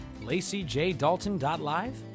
LaceyJDalton.live